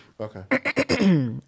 Okay